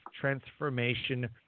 Transformation